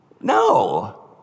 No